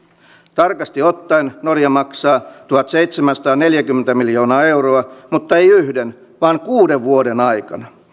tarkasti ottaen norja maksaa tuhatseitsemänsataaneljäkymmentä miljoonaa euroa mutta ei yhden vaan kuuden vuoden aikana